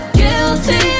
guilty